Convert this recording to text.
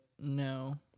no